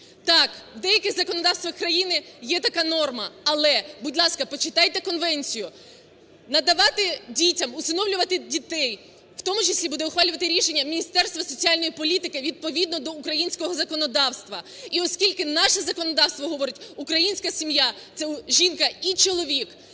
Так, в деяких законодавствах країн є така норма, але, будь ласка, почитайте конвенцію. Надавати дітям, усиновлювати дітей у тому числі буде ухвалювати рішення Міністерство соціальної політики відповідно до українського законодавства. І оскільки наше законодавство говорить: "Українська сім'я – це жінка і чоловік",